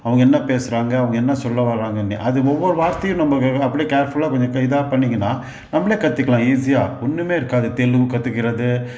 அவங்க என்ன பேசுகிறாங்க அவங்க என்ன சொல்ல வர்றாங்கன்னு அது ஒவ்வொரு வார்த்தையும் நம்ம அப்படியே கேர்ஃபுல்லாக கொஞ்சம் இதாக பண்ணிங்கன்னா நம்மளே கத்துக்கலாம் ஈஸியாக ஒன்றுமே இருக்காது தெலுங்கு கத்துக்கிறது